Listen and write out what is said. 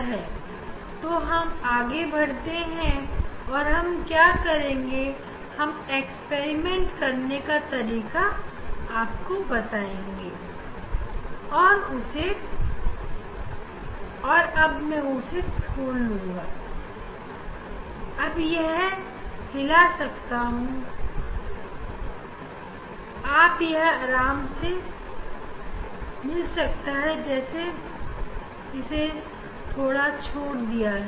इस प्रक्रिया को जारी रखते हुए हम बाकी रंगों के लिए भी रीडिंग ले लेंगे और इसी तरह से हमें बिना कुछ उसकी जगह से हटाए को प्रयोग पूरा करना है